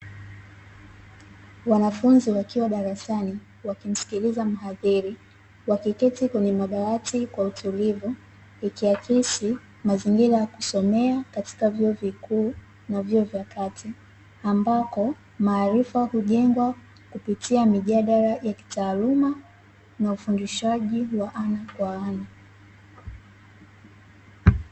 Wanafunzi wakiwa darasani wakimsikiliza mhadhiri, wakiketi kwenye madawati kwa utulivu, ikiaksi mazingira ya kusomea katika vyuo vikuu na vyuo vya kati, ambako maarifa hujengwa kupitia mijadala ya kitaaluma, na ufundishaji wa ana kwa ana.